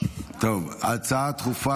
הצעה דחופה